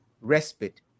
respite